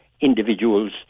individuals